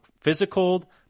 physical